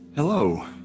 Hello